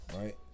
right